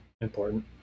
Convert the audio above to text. important